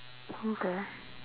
who the